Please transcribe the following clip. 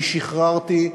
שחררתי,